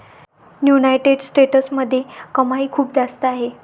United स्टेट्समध्ये कमाई खूप जास्त आहे